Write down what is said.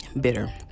bitter